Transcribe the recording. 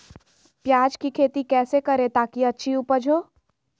प्याज की खेती कैसे करें ताकि अच्छी उपज हो?